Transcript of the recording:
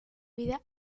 vida